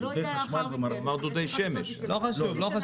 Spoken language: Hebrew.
לא יהיה לאחר מכן --- אחרי חצי שנה זה ייגמר.